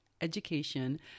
education